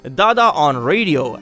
dadaonradio